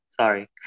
Sorry